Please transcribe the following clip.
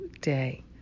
day